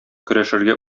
көрәшергә